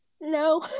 No